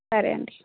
సరే అండి